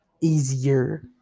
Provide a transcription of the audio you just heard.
easier